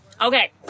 Okay